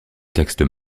textes